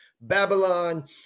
Babylon